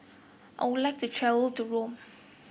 I would like to travel to Rome